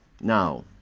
now